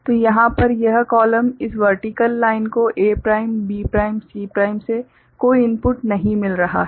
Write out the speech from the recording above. तो यहाँ पर यह कॉलम इस वर्टिकल लाइन को A prime B prime C prime से कोई इनपुट नहीं मिल रहा है